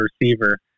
receiver